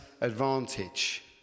advantage